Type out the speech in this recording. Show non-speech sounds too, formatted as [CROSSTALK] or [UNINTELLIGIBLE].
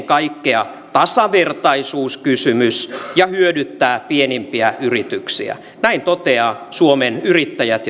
[UNINTELLIGIBLE] kaikkea tasavertaisuuskysymys ja hyödyttää pienimpiä yrityksiä näin toteaa suomen yrittäjät [UNINTELLIGIBLE]